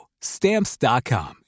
Stamps.com